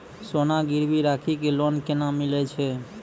सोना गिरवी राखी कऽ लोन केना मिलै छै?